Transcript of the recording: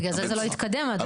בגלל זה לא התקדם, צריך לומר.